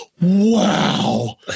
wow